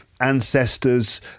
ancestors